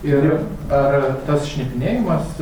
ir ar tas šnipinėjimas